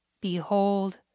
Behold